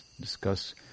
discuss